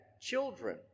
children